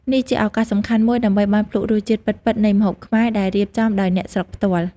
នេះជាឱកាសសំខាន់មូយដើម្បីបានភ្លក្សរសជាតិពិតៗនៃម្ហូបខ្មែរដែលរៀបចំដោយអ្នកស្រុកផ្ទាល់ ។